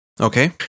Okay